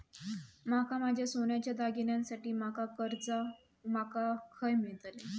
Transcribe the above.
माका माझ्या सोन्याच्या दागिन्यांसाठी माका कर्जा माका खय मेळतल?